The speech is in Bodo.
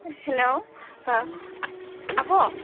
हेल' ओ आब'